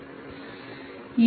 तो यह सीमा की स्थिति है